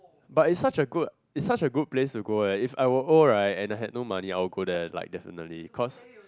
but it's such a good it's such a good place to go leh if I will old and I had no money I will go there like definitely cause